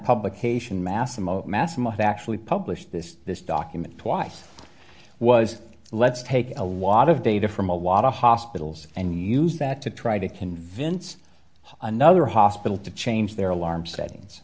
might actually publish this this document twice was let's take a lot of data from a lot of hospitals and use that to try to convince another hospital to change their alarm settings